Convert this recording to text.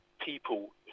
people